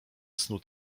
snu